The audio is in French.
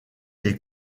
les